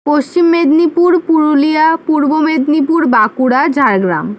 পশ্চিম মেদিনীপুর পুরুলিয়া পূর্ব মেদিনীপুর বাঁকুড়া ঝাড়গ্রাম